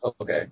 Okay